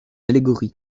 allégorie